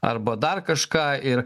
arba dar kažką ir